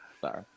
Sorry